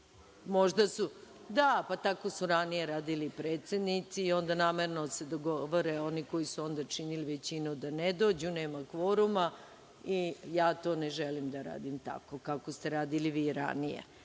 ministri.)Da, tako su ranije radili predsednici, onda namerno se dogovore oni koji su onda činili većinu da ne dođu, nema kvoruma. Ja to ne želim da radim tako kako ste radili vi ranije.